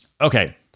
Okay